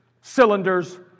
cylinders